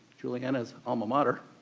julieanna's alma mater